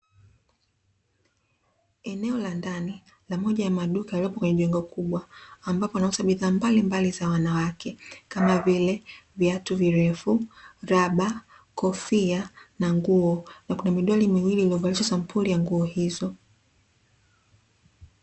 Eneo la ndani la moja ya maduka yaliyopo kwenye jengo kubwa, ambapo wanauza bidhaa mbalimbali za wanawake kama vile: viatu virefu, raba, kofia na ngu. Na kuna midoli miwili iliyovalishwa sampuli ya nguo hizo.